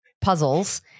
puzzles